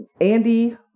Andy